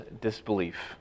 disbelief